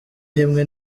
imwe